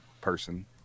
person